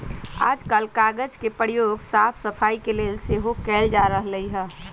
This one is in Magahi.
याजकाल कागज के प्रयोग साफ सफाई के लेल सेहो कएल जा रहल हइ